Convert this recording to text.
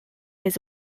his